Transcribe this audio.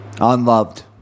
unloved